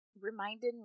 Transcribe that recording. reminded